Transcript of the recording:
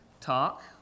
Talk